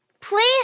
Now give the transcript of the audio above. Please